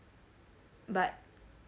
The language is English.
but